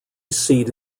seat